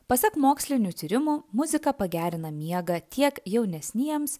pasak mokslinių tyrimų muzika pagerina miegą tiek jaunesniems